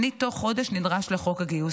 תוך חודש אני נדרש לחוק הגיוס,